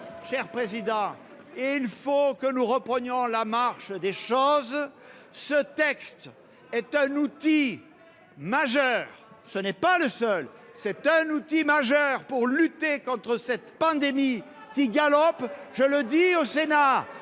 Cher président, il faut que nous reprenions la marche des choses. Ce texte est un outil majeur- ce n'est pas le seul -pour lutter contre cette pandémie qui galope. Je le dis au Sénat